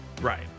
right